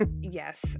yes